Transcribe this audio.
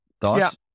Thoughts